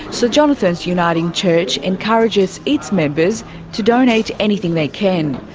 so jonathan's uniting church encourages its members to donate anything they can.